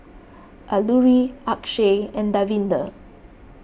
Alluri Akshay and Davinder